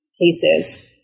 cases